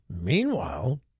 Meanwhile